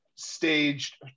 staged